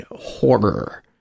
horror